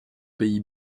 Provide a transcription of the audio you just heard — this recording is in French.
pays